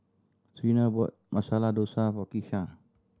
Treena bought Masala Dosa for Kisha